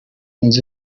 inzu